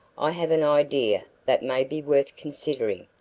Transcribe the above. i have an idea that may be worth considering.